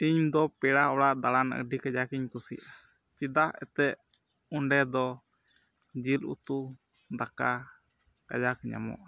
ᱤᱧᱫᱚ ᱯᱮᱲᱟ ᱚᱲᱟᱜ ᱫᱟᱬᱟᱱ ᱟᱹᱰᱤ ᱠᱟᱡᱟᱠ ᱤᱧ ᱠᱩᱥᱤᱜᱼᱟ ᱪᱮᱫᱟᱜ ᱮᱱᱛᱮᱫ ᱚᱸᱰᱮ ᱫᱚ ᱡᱤᱞ ᱩᱛᱩ ᱫᱟᱠᱟ ᱠᱟᱡᱟᱠ ᱧᱟᱢᱚᱜᱼᱟ